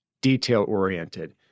detail-oriented